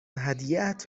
هدیهات